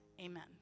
Amen